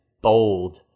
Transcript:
bold